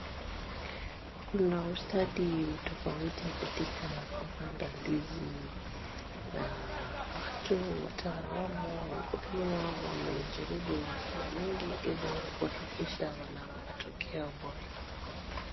Kuna ustadi tofauti katika kupanda ndizi, na watu wataalam wakulima wamejaribu njia mingi ili kuhakikisha wana matokeo bora.